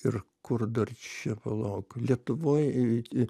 ir kur dar čia palauk lietuvoj